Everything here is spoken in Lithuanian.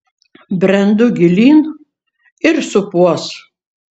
brendu gilyn ir supuos